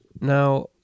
Now